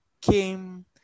came